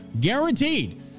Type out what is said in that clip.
guaranteed